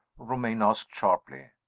romayne asked, sharply.